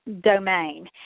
domain